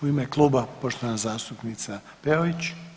U ime kluba, poštovana zastupnica Peović.